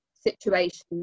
situations